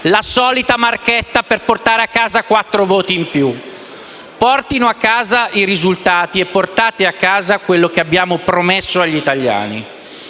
la solita marchetta per portare a casa quattro voti in più. Portino a casa i risultati. Portate a casa quello che abbiamo promesso agli italiani.